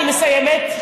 אני מסיימת,